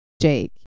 Jake